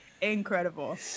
Incredible